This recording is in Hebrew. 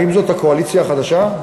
האם זאת הקואליציה החדשה?